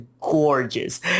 gorgeous